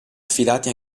affidati